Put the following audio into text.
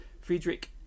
Friedrich